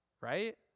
Right